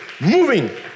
moving